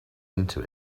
into